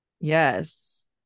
Yes